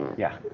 yeah.